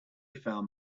found